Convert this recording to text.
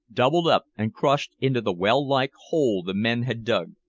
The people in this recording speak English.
doubled up and crushed into the well-like hole the men had dug.